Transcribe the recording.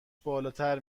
بالاتر